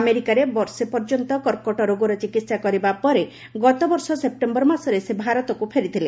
ଆମେରିକାରେ ବର୍ଷେ ପର୍ଯ୍ୟନ୍ତ କର୍କଟ ରୋଗର ଚିକିତ୍ସା କରିବାପରେ ଗତବର୍ଷ ସେପ୍ଟେମ୍ବର ମାସରେ ଭାରତକୁ ଫେରିଥିଲେ